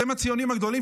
אתם הציונים הגדולים,